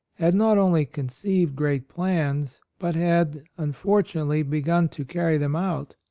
had not only conceived great plans, but had unfortunately begun to carry them out.